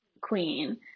queen